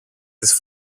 τις